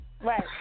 Right